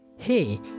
hey